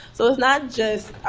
so it's not just